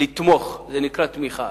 לתמוך, זה נקרא תמיכה.